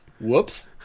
Whoops